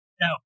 No